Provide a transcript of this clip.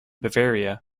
bavaria